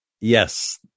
Yes